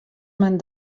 men